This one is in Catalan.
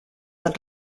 del